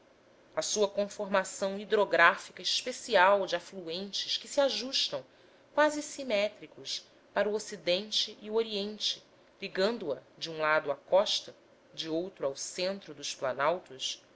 a sua conformação hidrográfica especial de afluentes que se ajustam quase simétricos para o ocidente e o oriente ligando a de um lado à costa de outro ao centro dos planaltos